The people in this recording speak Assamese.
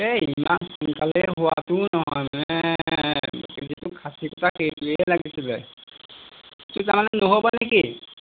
এই ইমান সোনকালে হোৱাটোও নহয় মানে যিটো খাচীকটা সেইটোৱেই লাগিছিলে কি তাৰমানে নহ'ব নেকি